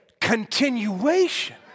continuation